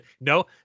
No